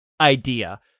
idea